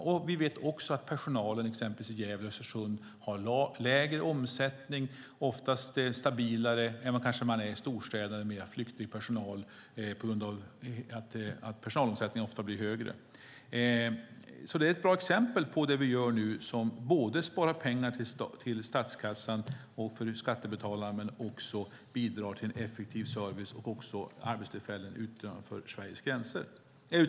Vi vet också att personalomsättningen är lägre i Gävle och Östersund. Där är man ofta stabilare än vad man kanske är i storstäderna där personalen är mer flyktig och personalomsättningen blir högre. Det är ett bra exempel på det vi gör nu, och det sparar pengar åt statskassan och åt skattebetalarna och bidrar till en effektiv service och arbetstillfällen utanför Stockholms gränser.